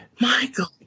Michael